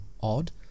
odd